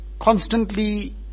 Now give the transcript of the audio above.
constantly